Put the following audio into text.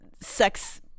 sex